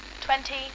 twenty